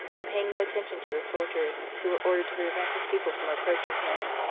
and paying no attention to the soldiers who were ordered to prevent his people from approaching him.